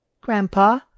Grandpa